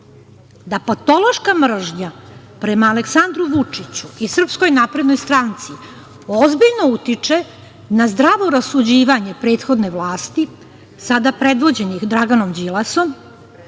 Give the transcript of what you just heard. da patološka mržnja prema Aleksandru Vučiću i SNS ozbiljno utiče na zdravo rasuđivanje prethodne vlasti, sada predvođenih Draganom Đilasom,